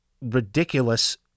ridiculous